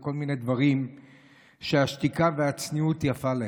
וכל מיני דברים שהשתיקה והצניעות יפות להם.